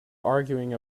arguing